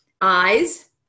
Eyes